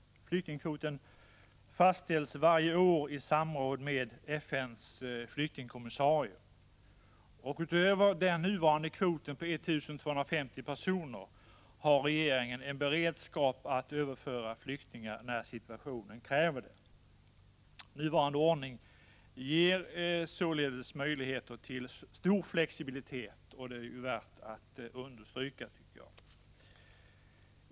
Flyktingkvoten fastställs varje år i samråd med FN:s flyktingkommissarie. Utöver den nuvarande kvoten på 1 250 personer har regeringen en beredskap, så att man kan överföra flyktingar när situationen kräver det. Nuvarande ordning ger således möjligheter till stor flexibilitet, och det är värt att understryka, tycker jag.